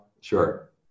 sure